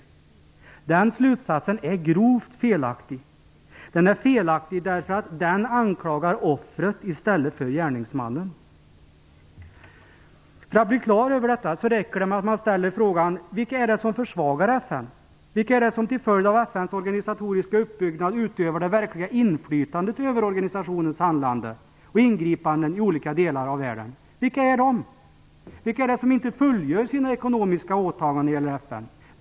Men den slutsatsen är grovt felaktig, därför att offret, inte gärningsmannen, anklagas. För att bli klar över detta räcker det med att man frågar: Vilka är det som försvagar FN? Vilka är det som till följd av FN:s organisatoriska uppbyggnad utövar det verkliga inflytandet över organisationens handlande och ingripanden i olika delar av världen? Vilka är de? Vilka är det som inte fullgör sina ekonomiska åtaganden när det gäller FN?